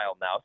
now